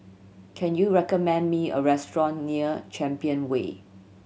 can you recommend me a restaurant near Champion Way